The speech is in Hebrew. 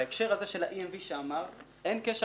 בהקשר הזה שלל ה-EMV, אין קשר.